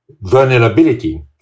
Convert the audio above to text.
vulnerability